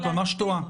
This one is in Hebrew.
את ממש טועה.